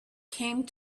came